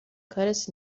کارت